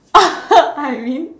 I mean